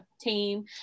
team